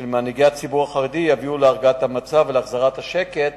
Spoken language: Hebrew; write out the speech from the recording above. של מנהיגי הציבור החרדי יביאו להרגעת המצב ולהחזרת השקט,